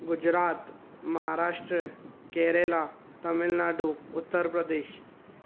Gujarat Maharashtra Kerala Tamil Nadu Uttar Pradesh